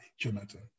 Jonathan